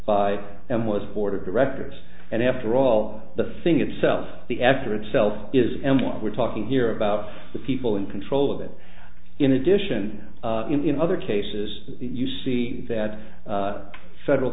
them was board of directors and after all the thing itself the after itself is and what we're talking here about the people in control of it in addition in other cases you see that federal